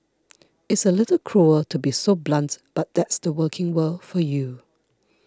it's a little cruel to be so blunt but that's the working world for you